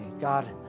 God